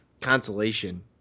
consolation